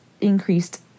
increased